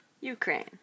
ukraine